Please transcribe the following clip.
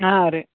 ಹಾಂ ರೀ